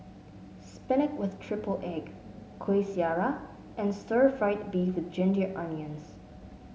spinach with triple egg Kuih Syara and Stir Fried Beef with Ginger Onions